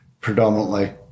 predominantly